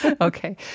Okay